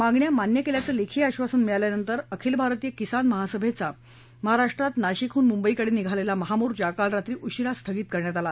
मागण्या मान्य केल्याचं लेखी आश्वासन मिळाल्यानंतर अखिल भारतीय किसान महासभेचा नाशिकडून मुंबईकडे निघालेला महामोर्चा काल रात्री उशिरा स्थगित करण्यात आला